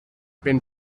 been